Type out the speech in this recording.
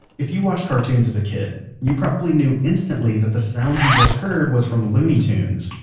if you watched cartoons as a kid, you probably knew instantly that the sound you just heard was from looney tunes.